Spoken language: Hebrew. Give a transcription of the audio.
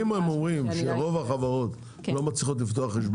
אם הם אומרים שרוב החברות לא מצליחות לפתוח חשבון